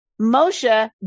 Moshe